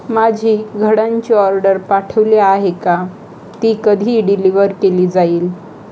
माझी घडांची ऑर्डर पाठवली आहे का ती कधी डिलिव्हर केली जाईल